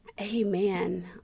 amen